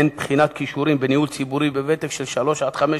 והן בחינת כישורים בניהול ציבורי בוותק של שלוש חמש שנים,